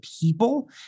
people